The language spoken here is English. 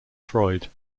freud